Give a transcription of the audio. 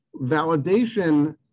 Validation